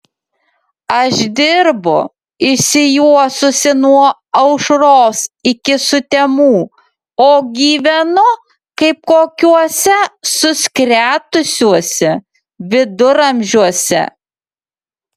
aš dirbu išsijuosusi nuo aušros iki sutemų o gyvenu kaip kokiuose suskretusiuose viduramžiuose